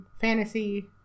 fantasy